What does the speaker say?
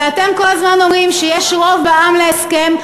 ואתם כל הזמן אומרים שיש רוב בעם להסכם,